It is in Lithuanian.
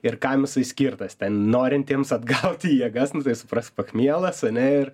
ir kam jisai skirtas norintiems atgauti jėgas nu tai suprask pachmielas ane ir